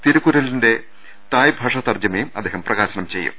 തിരുക്കുറളിന്റെ Thai ഭാഷാ തർജ്ജമയും അദ്ദേഹം പ്രകാശിപ്പിക്കും